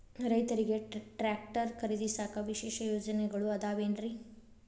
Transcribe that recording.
ರೈತರಿಗೆ ಟ್ರ್ಯಾಕ್ಟರ್ ಖರೇದಿಸಾಕ ವಿಶೇಷ ಯೋಜನೆಗಳು ಅದಾವೇನ್ರಿ?